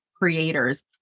creators